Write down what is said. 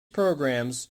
programs